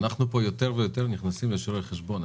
אנחנו פה יותר ויותר נכנסים לשיעורי חשבון.